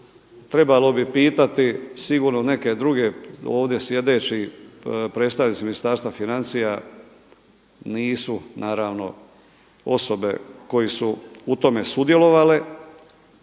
trebalo bi pitati sigurno neke druge ovdje sjedeći predstavnici Ministarstva financija nisu naravno osobe koje su u tome sudjelovale